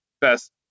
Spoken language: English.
best